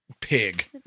Pig